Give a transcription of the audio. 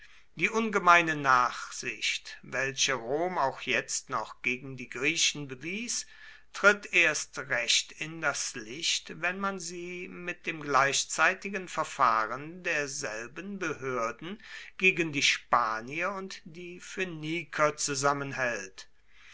die ungemeine nachsicht welche rom auch jetzt noch gegen die griechen bewies tritt erst recht in das licht wenn man sie mit dem gleichzeitigen verfahren derselben behörden gegen die spanier und die phöniker zusammenhält